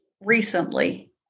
recently